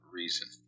reason